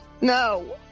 No